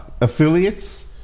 affiliates